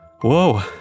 Whoa